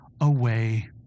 away